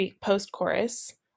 post-chorus